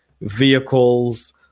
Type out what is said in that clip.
vehicles